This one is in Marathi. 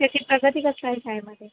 त्याची प्रगती कसं आहे शाळेमध्ये